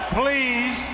please